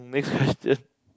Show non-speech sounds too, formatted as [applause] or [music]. um [breath] next question